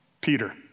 Peter